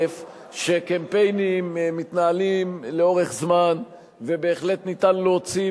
שקמפיינים מתנהלים לאורך זמן ובהחלט ניתן להוציא,